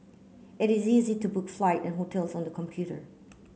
it is easy to book flight and hotels on the computer